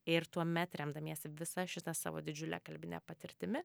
ir tuomet remdamiesi visa šita savo didžiule kalbine patirtimi